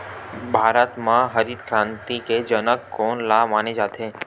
भारत मा हरित क्रांति के जनक कोन ला माने जाथे?